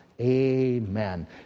amen